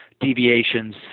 deviations